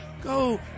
Go